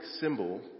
symbol